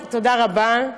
תודה רבה.